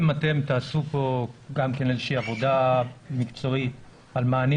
אם אתם תעשו כאן גם כן איזושהי עבודה מקצועית על מענים